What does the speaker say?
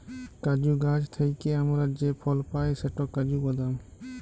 কাজু গাহাচ থ্যাইকে আমরা যে ফল পায় সেট কাজু বাদাম